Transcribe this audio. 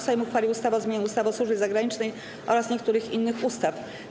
Sejm uchwalił ustawę o zmianie ustawy o służbie zagranicznej oraz niektórych innych ustaw.